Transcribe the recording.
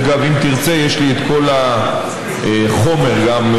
דרך אגב, אם תרצה, יש לי את כל החומר כאן.